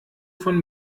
von